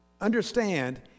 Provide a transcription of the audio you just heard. understand